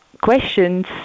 questions